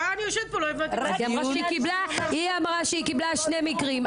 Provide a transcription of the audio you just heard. היא אמרה שקיבלה שני מקרים,